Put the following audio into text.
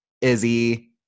Izzy